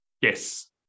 Yes